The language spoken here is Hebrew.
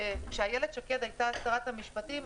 כשאיילת שקד הייתה שרת המשפטים,